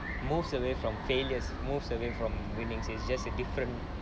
moves away from failures moves away from winning is just a different